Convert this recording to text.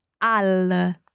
al